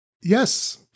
Yes